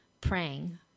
praying